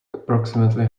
approximately